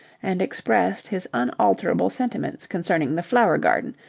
and expressed his unalterable sentiments concerning the flower garden,